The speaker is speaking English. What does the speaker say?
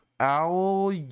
Owl